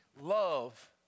love